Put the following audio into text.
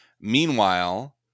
Meanwhile